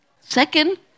Second